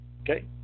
Okay